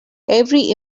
every